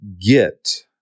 get